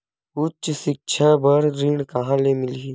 उच्च सिक्छा बर ऋण कहां ले मिलही?